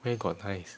where got nice